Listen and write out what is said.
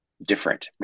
different